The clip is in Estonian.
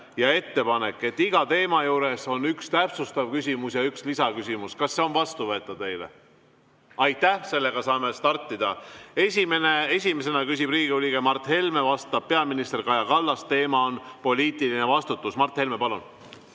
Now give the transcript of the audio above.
ja ettepanek, et iga teema juures on üks täpsustav küsimus ja üks lisaküsimus. Kas see on vastuvõetav teile? Aitäh! Seega saame startida. Esimesena küsib Riigikogu liige Mart Helme, vastab peaminister Kaja Kallas. Teema on poliitiline vastutus. Mart Helme, palun!